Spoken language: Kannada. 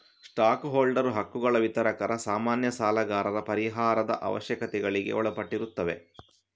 ಸ್ಟಾಕ್ ಹೋಲ್ಡರ್ ಹಕ್ಕುಗಳು ವಿತರಕರ, ಸಾಮಾನ್ಯ ಸಾಲಗಾರರ ಪರಿಹಾರದ ಅವಶ್ಯಕತೆಗಳಿಗೆ ಒಳಪಟ್ಟಿರುತ್ತವೆ